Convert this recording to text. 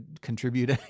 contribute